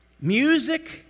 Music